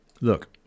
look